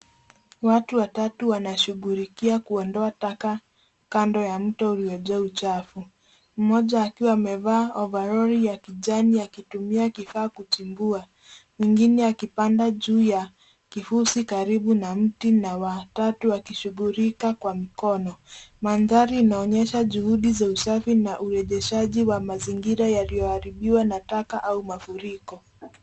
Watu watatu wanashughulikia kuondoa taka kando ya mto uliojaa uchafu, mmoja akiwa amevaa overalli ya kijani akitumia kifaa kuchimbua. Mwingine akipanda juu ya kifusi karibu na mti na wa tatu akishughulika kwa mkono. Mandhari inaonyesha juhudi za usafi na urejeshaji wa mazingira yaliyoharibiwa na taka au mafuriko.